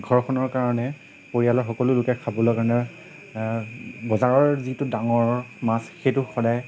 ঘৰখনৰ কাৰণে পৰিয়ালৰ সকলো লোকে খাবলৈ কাৰণে বজাৰৰ যিটো ডাঙৰ মাছ সেইটো সদায়